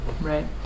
Right